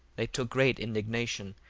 they took great indignation,